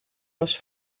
was